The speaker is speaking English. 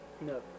no